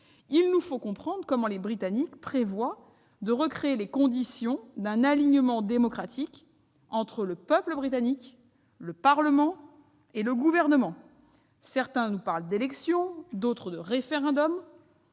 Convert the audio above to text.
Il nous faut comprendre comment les Britanniques prévoient de recréer les conditions d'un alignement démocratique entre le peuple, le parlement et le gouvernement. Certains nous parlent d'élections, d'autres de référendum.